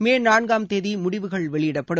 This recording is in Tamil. மே நான்காம் தேதி முடிவுகள் வெளியிடப்படும்